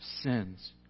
sins